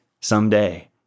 someday